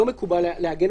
הוא לא יכול.